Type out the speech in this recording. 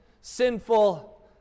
sinful